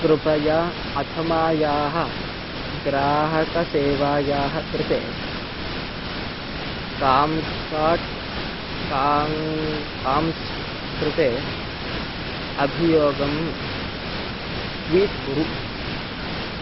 कृपया अधमायाः ग्राहकसेवायाः कृते कांक्साट् कां काम्स्ट् कृते अभियोगं ट्वीट् कुरु